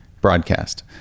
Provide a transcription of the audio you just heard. broadcast